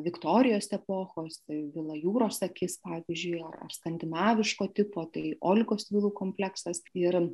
viktorijos epochos tai vila jūros akis pavyzdžiui ar skandinaviško tipo tai olgos vilų kompleksas ir